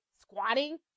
squatting